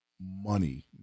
money